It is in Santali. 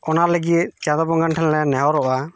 ᱚᱱᱟ ᱞᱟᱹᱜᱤᱫ ᱪᱟᱸᱫᱳ ᱵᱚᱸᱜᱟ ᱴᱷᱮᱱ ᱞᱮ ᱱᱮᱦᱚᱨᱚᱜᱼᱟ